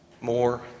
more